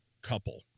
couple